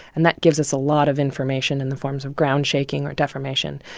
and that gives us a lot of information in the forms of ground shaking or deformation.